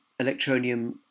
Electronium